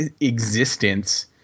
existence